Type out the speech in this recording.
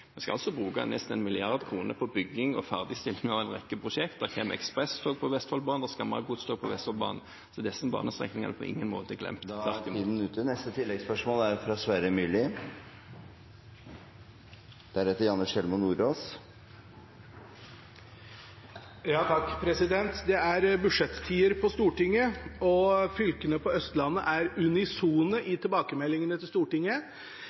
skal vi altså bruke nesten 1 mrd. kr på bygging og har nå ferdigstilt en rekke prosjekter. Det kommer ekspresstog på Vestfoldbanen, og vi skal ha godstog på Vestfoldbanen. Disse banestrekningene er på ingen måte glemt. Sverre Myrli – til oppfølgingsspørsmål. Det er budsjettider på Stortinget, og fylkene på Østlandet er unisone i tilbakemeldingene til Stortinget. Jernbaneverkets lokale representanter sier at det ikke er nok penger i budsjettet for 2017 til